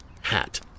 hat